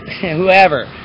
whoever